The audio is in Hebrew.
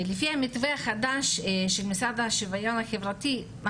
לפי המתווה החדש של המשרד לשוויון חברי יש